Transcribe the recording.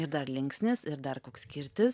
ir dar linksnis ir dar koks kirtis